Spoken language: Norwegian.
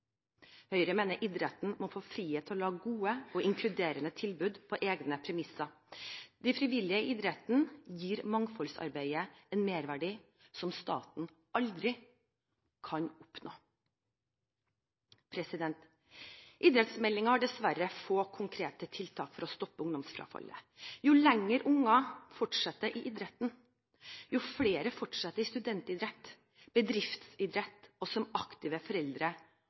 Høyre mener idretten må få frihet til å lage gode og inkluderende tilbud på egne premisser. De frivillige i idretten gir mangfoldsarbeidet en merverdi som staten aldri kan oppnå. Idrettsmeldingen har dessverre få konkrete tiltak for å stoppe ungdomsfrafallet. Jo lenger barn og unge fortsetter i idretten, jo flere fortsetter i studentidrett, bedriftsidrett og som aktive foreldre